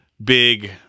big